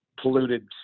polluted